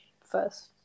first